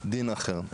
דין אחר.